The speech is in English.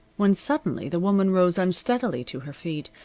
when suddenly the woman rose unsteadily to her feet,